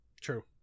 true